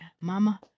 mama